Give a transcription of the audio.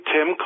Tim